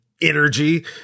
energy